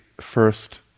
first